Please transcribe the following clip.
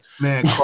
man